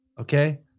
okay